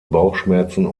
bauchschmerzen